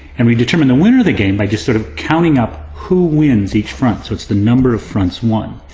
and we determine the winner of the game by just sort of counting up who wins each front. so it's the number of fronts, won.